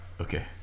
Okay